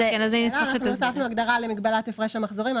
הוספנו הגדרה למגבלת הפרש המחזורים.